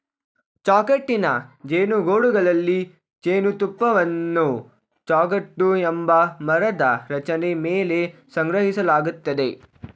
ಚೌಕಟ್ಟಿನ ಜೇನುಗೂಡುಗಳಲ್ಲಿ ಜೇನುತುಪ್ಪವನ್ನು ಚೌಕಟ್ಟು ಎಂಬ ಮರದ ರಚನೆ ಮೇಲೆ ಸಂಗ್ರಹಿಸಲಾಗ್ತದೆ